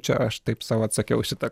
čia aš taip sau atsakiau į šitą